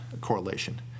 correlation